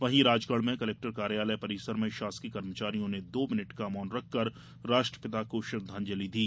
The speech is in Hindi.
वहीं राजगढ में कलेक्टर कार्यालय परिसर में शासकीय कर्मचारियों ने दो मिनट का मौन रखकर राष्ट्रपिता को श्रद्वांजलि दी